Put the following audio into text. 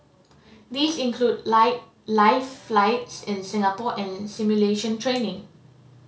these include lie live flights in Singapore and simulation training